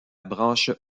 branche